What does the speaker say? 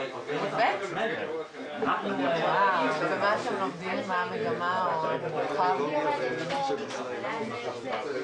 עיצומים או איזשהן פעולות אל מול חברות התקשורת,